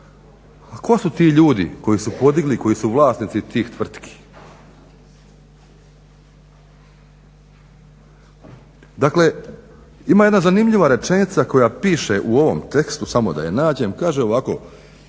A tko su ti ljudi koji su podigli i koji su vlasnici tih tvrtki? Dakle, ima jedna zanimljiva rečenica koja piše u ovom tekstu, samo da je nađem, kaže ovako